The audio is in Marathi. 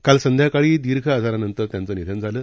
काल संध्याकाळी दीर्घ आजारानं त्यांचं निधन झालं